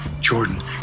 Jordan